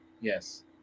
yes